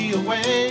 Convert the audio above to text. away